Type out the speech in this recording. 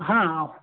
હા